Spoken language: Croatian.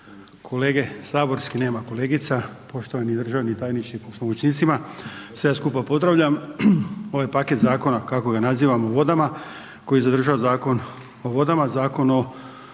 kolege saborski, nema kolegica, poštovani državni tajniče s pomoćnicima, sve vas skupa pozdravljam. Ovaj paket zakona kako ga nazivamo o vodama koji sadržava Zakon o vodama, Zakon o